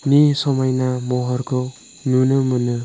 नि समायना महरखौ नुनो मोनो